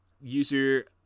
user